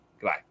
Goodbye